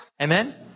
Amen